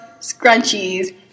Scrunchies